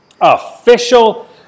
official